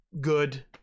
good